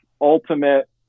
ultimate